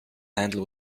handle